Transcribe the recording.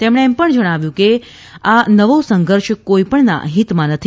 તેમણે એમ પણ જણાવ્યું કે આ નવો સંઘર્ષ કોઇપણના હિતમાં નથી